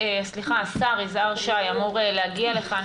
השר יזהר שי אמור להגיע לכאן,